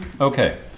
Okay